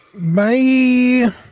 Bye